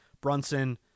Brunson